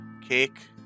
Cake